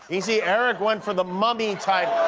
you see, eric went for the mummy type